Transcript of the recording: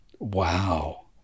Wow